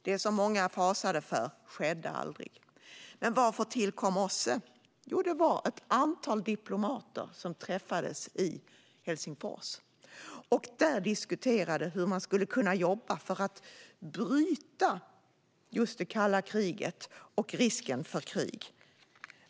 Det som många fasade för skedde aldrig. Men varför tillkom OSSE? Det var ett antal diplomater som träffades i Helsingfors och diskuterade hur man skulle kunna jobba för att bryta det kalla kriget och minska risken för krig.